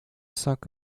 sak